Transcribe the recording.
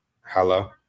Hello